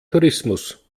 tourismus